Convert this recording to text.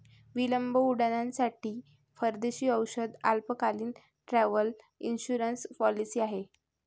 विलंब उड्डाणांसाठी परदेशी औषध आपत्कालीन, ट्रॅव्हल इन्शुरन्स पॉलिसी आहे